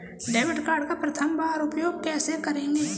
Debit card का प्रथम बार उपयोग कैसे करेंगे?